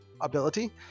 ability